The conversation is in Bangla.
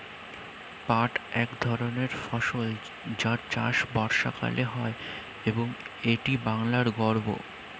পাট এক ধরনের ফসল যার চাষ বর্ষাকালে হয় এবং এটি বাংলার গর্ব